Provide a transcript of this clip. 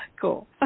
Cool